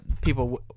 people